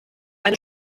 eine